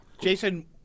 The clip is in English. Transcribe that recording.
Jason